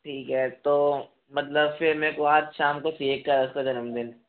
ठीक है तो मतलब फिर मेरे को आज शाम को चाहिए क कल है उसका जन्मदिन